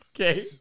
okay